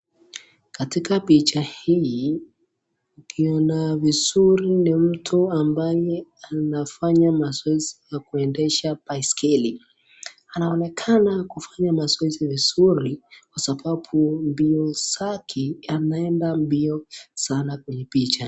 Katika picha hii, ukiona vizuri ni ya mtu ambaye anafanya mazoezi za kuendesha baisikeli. Anaonekana kufanya zoezi vizuri kwa sababu mbio zake anaenda mbio sana kwenye picha.